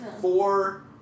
four